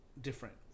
different